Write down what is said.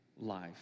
life